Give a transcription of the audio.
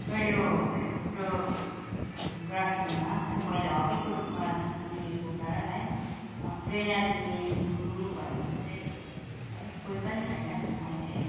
र यो है फोटोग्राफीमा है मैले हब्बीको रूपमा लिएको कारण है प्रेरणा दिने गुरु भनेको चाहिँ है कोही पनि छैन मैले है